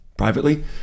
privately